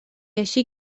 així